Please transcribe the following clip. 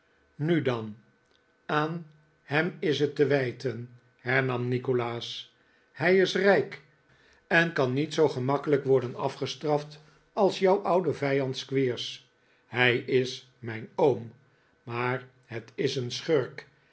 nu dan aan hem is het te wijten hernam nikolaas hij is rijk en kan niet zoo gemakkelijk worden afgestraft als jouw oude vijand squeers hij is mijn oom maar het is een schurk